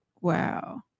Wow